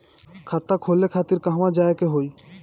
खाता खोले खातिर कहवा जाए के होइ?